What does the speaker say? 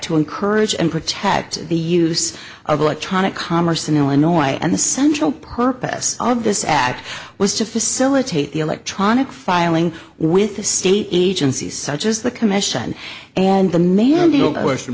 to encourage and protect the use of electronic commerce in illinois and the central purpose of this act was to facilitate the electronic filing with the state agencies such as the commission and the ma